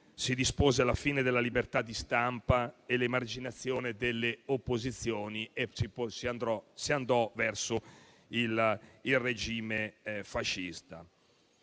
si disposero la fine della libertà di stampa e l'emarginazione delle opposizioni e si andò verso il regime fascista.